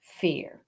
fear